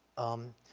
um,